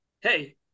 hey